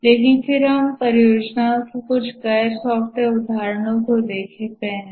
लेकिन फिर हम परियोजनाओं के कुछ गैर सॉफ्टवेयर उदाहरणों को देखते हैं